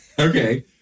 Okay